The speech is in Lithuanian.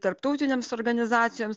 tarptautinėms organizacijoms